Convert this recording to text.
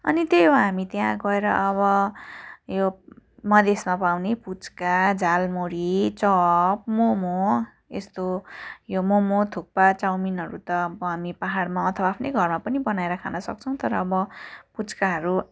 अनि त्यही हो हामी त्यहाँ गएर अब यो मधेसमा पाउने पुच्का झालमुरी चप मोमो यस्तो यो मोमो थुक्पा चाउमिनहरू त अब हामी पाहडमा अथवा आफ्नै घरमा पनि बनाएर खान सक्छौँ तर अब पुच्काहरू